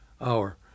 hour